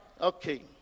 Okay